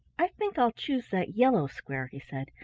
i think i'll choose that yellow square, he said,